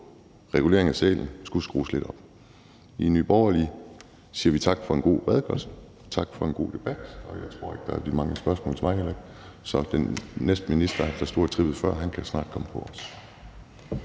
f.eks., måske skulle skrues lidt op. I Nye Borgerlige siger vi tak for en god redegørelse og tak for en god debat. Jeg tror ikke, der vil blive mange spørgsmål til mig heller, så den næste minister, der stod og trippede før, kan også snart komme på.